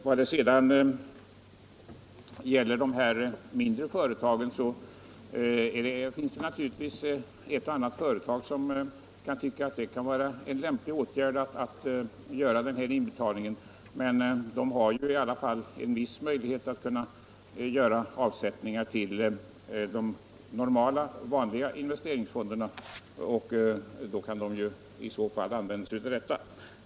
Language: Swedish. Vad gäller de mindre företagen finns det naturligtvis en och annan företagare som tycker att det kan vara en lämplig åtgärd att göra den här inbetalningen. Men företagen har ju i alla fall en viss möjlighet att göra avsättningar till de vanliga investeringsfonderna, och då kan de använda den möjligheten.